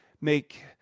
make